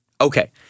Okay